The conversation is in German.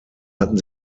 hatten